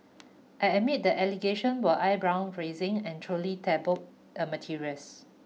I admit the allegation were eyebrow raising and truly tabloid a materials